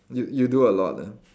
you you do a lot ah